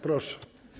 Proszę.